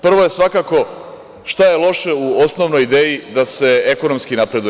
Prvo je svakako šta je loše u osnovnoj ideji da se ekonomski napreduje?